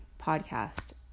podcast